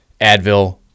Advil